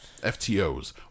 FTOs